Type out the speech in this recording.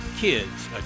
kids